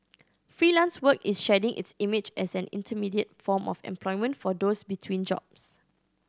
Freelance Work is shedding its image as an intermediate form of employment for those between jobs